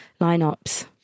lineups